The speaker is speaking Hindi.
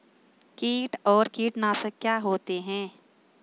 कीट और कीटनाशक क्या होते हैं?